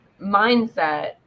mindset